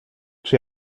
czy